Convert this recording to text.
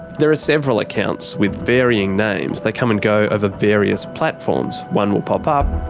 there are several accounts with varying names they come and go over various platforms. one will pop up,